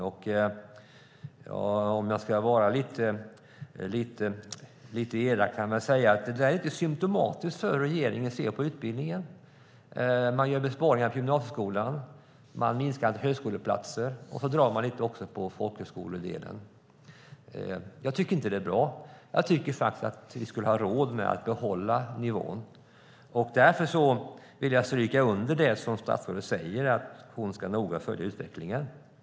Om jag ska vara lite elak kan jag säga att det är lite symtomatiskt för hur regeringen ser på utbildningen. Man gör besparingar på gymnasieskolan, man minskar antalet högskoleplatser och nu drar man också bort lite från folkhögskoledelen. Jag tycker inte att det är bra. Jag tycker faktiskt att vi borde ha råd att behålla den nivå vi har haft. Därför vill jag stryka under det som statsrådet säger, nämligen att hon noga ska följa utvecklingen.